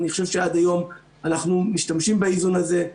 אני חושב שעד היום אנחנו משתמשים באיזון הזה.